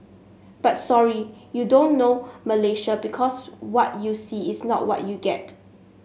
but sorry you don't know Malaysia because what you see is not what you get